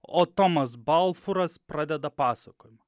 o tomas balfuras pradeda pasakojimą